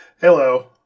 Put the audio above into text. Hello